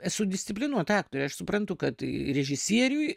esu disciplinuota aktorė aš suprantu kad režisieriui